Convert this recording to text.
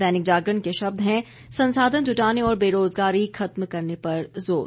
दैनिक जागरण के शब्द हैं संसाधन जुटाने और बेरोजगारी खत्म करने पर जोर